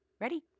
Ready